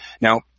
Now